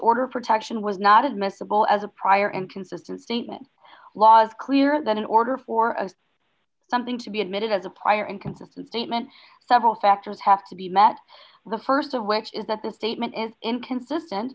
order protection was not admissible as a prior inconsistent thinking laws clear that in order for of something to be admitted as a prior inconsistent statement several factors have to be met the st of which is that the statement is inconsistent